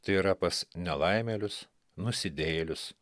tai yra pas nelaimėlius nusidėjėlius